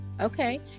Okay